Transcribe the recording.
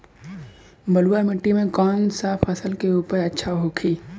बलुआ मिट्टी में कौन सा फसल के उपज अच्छा होखी?